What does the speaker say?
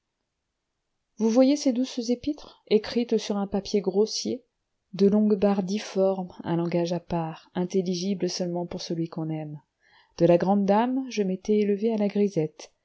vous voyez ces douces épîtres écrites sur un papier grossier de longues barres difformes un langage à part intelligible seulement pour celui qu'on aime de la grande dame je m'étais élevé à la grisette